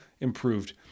improved